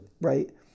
right